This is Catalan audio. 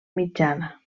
mitjana